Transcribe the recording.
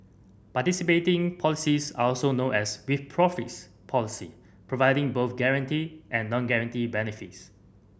participating policies are also known as with profits police providing both guaranteed and non guaranteed benefits